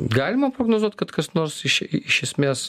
galima prognozuot kad kas nors iš iš esmės